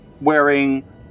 wearing